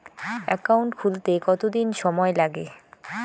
Account খুলতে কতদিন সময় লাগে?